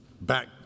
Back